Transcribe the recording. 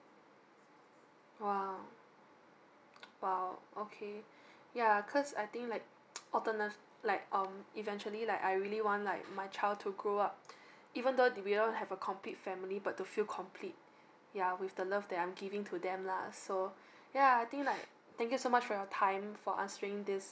!wow! !wow! okay yeah cause I think like alterna~ like um eventually like I really want like my child to grow up even though we don't have a complete family but to feel complete yeah with the love that I'm giving to them lah so yeah I think like thank you so much for your time for answering this